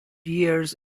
years